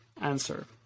answer